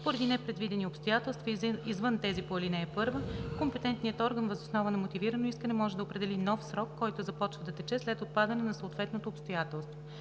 поради непредвидени обстоятелства, извън тези по ал. 1, компетентният орган въз основа на мотивирано искане може да определи нов срок, който започва да тече след отпадане на съответното обстоятелство.